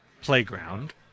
playground